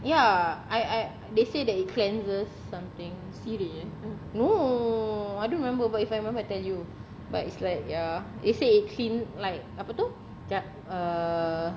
ya I I they say that it cleanses something no I don't remember but if I remember I'll tell you but it's like ya they say it clean like apa tu uh